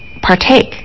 partake